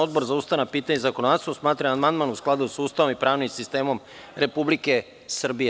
Odbor za ustavna pitanja i zakonodavstvo smatra da je amandman u skladu sa Ustavom i pravnim sistemom Republike Srbije.